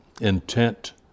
intent